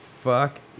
fuck